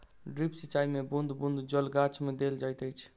drip सिचाई मे बूँद बूँद जल गाछ मे देल जाइत अछि